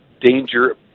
danger